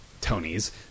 Tony's